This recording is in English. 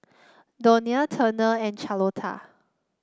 Donia Turner and Charlotta